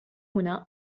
هنا